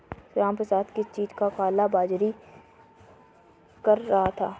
रामप्रसाद किस चीज का काला बाज़ारी कर रहा था